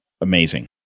amazing